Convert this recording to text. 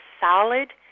solid